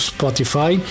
Spotify